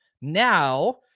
Now